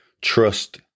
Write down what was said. Trust